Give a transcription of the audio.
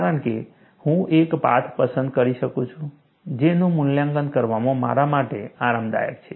કારણ કે હું એક પાથ પસંદ કરી શકું છું જેનું મૂલ્યાંકન કરવામાં મારા માટે આરામદાયક છે